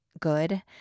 Good